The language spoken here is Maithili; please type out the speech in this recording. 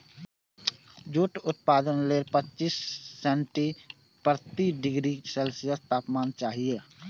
जूट उत्पादन लेल पच्चीस सं पैंतीस डिग्री सेल्सियस तापमान चाही